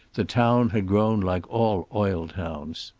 the town had grown like all oil towns.